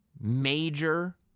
major